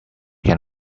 can